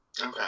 Okay